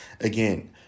again